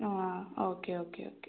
ആ okay okay okay